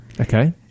Okay